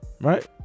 right